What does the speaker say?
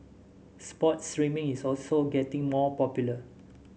sports streaming is also getting more popular